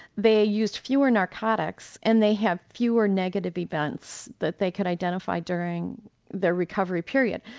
they used fewer narcotics and they have fewer negative events that they could identify during the recovery period.